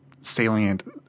salient